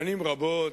שנים רבות.